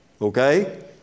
okay